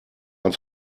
ein